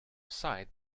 sight